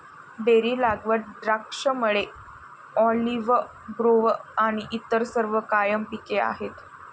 berry लागवड, द्राक्षमळे, olive grove आणि इतर सर्व कायम पिके आहेत